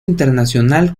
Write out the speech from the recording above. internacional